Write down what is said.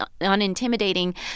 unintimidating